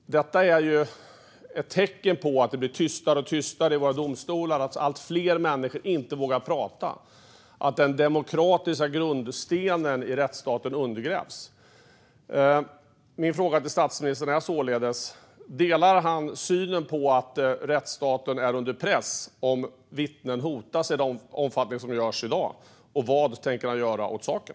Detta är ett tecken på att det blir tystare och tystare i våra domstolar, på att allt fler människor inte vågar prata, på att den demokratiska grundstenen i rättsstaten undergrävs. Min fråga till statsministern är således: Delar han synen att rättsstaten är under press om vittnen hotas i den omfattning som sker i dag, och vad tänker han göra åt saken?